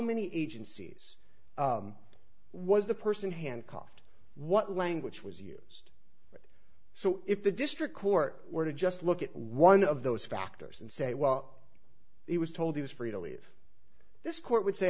many agencies was the person handcuffed what language was used so if the district court were to just look at one of those factors and say well he was told he was free to leave this court would say